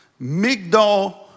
Migdal